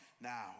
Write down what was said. now